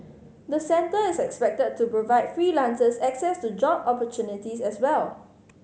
the centre is expected to provide freelancers access to job opportunities as well